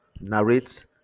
narrate